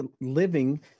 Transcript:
living